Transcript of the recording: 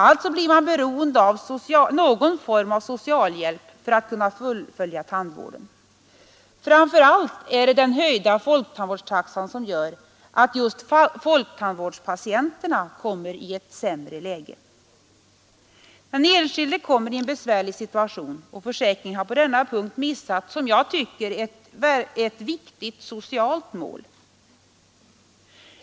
Alltså blir de beroende av någon form av socialhjälp för att kunna fullfölja tandvården. Framför allt är det den höjda folktandvårdstaxan som gör att speciellt 87 folktandvårdspatienterna kommer i ett sämre läge. Den enskilde kommer i en besvärlig situation, och försäkringen har på denna punkt, enligt min uppfattning, missat ett viktigt socialt mål.